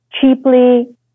cheaply